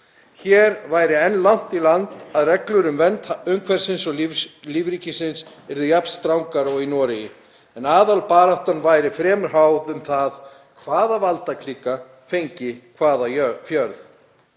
Hér væri enn langt í land að reglur um vernd umhverfisins og lífríkisins yrðu jafn strangar og í Noregi en aðalbaráttan væri fremur háð um það hvaða valdaklíka fengi hvaða fjörð.